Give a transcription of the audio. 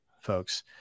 folks